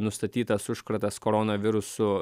nustatytas užkratas koronavirusu